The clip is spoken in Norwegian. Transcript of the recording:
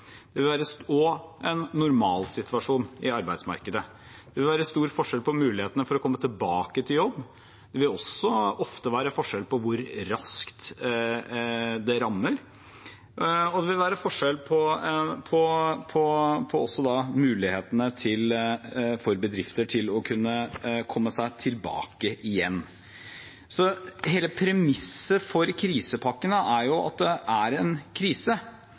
og en normalsituasjon i arbeidsmarkedet. Det vil være stor forskjell på mulighetene for å komme tilbake til jobb, det vil også ofte være forskjell på hvor raskt det rammer, og det vil være forskjell på mulighetene for bedrifter til å kunne komme seg tilbake igjen. Hele premisset for krisepakkene er at det er en krise.